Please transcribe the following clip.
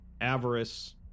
avarice